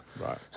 Right